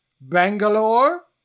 Bangalore